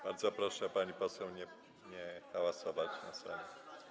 Bardzo proszę, pani poseł, nie hałasować na sali.